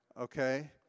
Okay